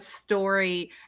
story